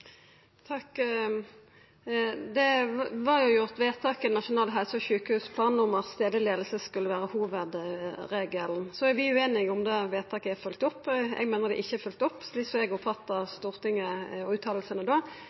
Det var jo gjort vedtak i Nasjonal helse- og sjukehusplan om at stadleg leiing skal vera hovudregelen. Så er vi ueinige i om vedtaket er følgt opp. Eg meiner det ikkje er følgt opp, slik eg oppfattar det som Stortinget uttaler om det, mens statsråden og